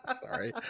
Sorry